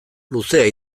luzea